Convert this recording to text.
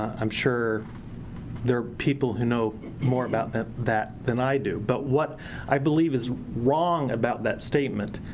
i'm sure there are people who know more about that that than i do. but what i believe is wrong about that statement,